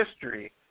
history